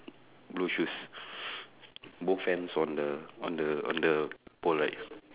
blue shoes both hands on the on the on the pole right